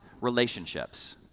relationships